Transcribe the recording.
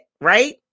right